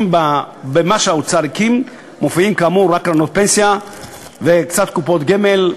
במה שהאוצר הקים מופיעות כאמור רק קרנות פנסיה וקצת קופות גמל,